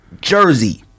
Jersey